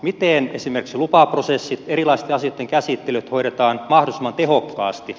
miten esimerkiksi lupaprosessit erilaisten asioitten käsittelyt hoidetaan mahdollisimman tehokkaasti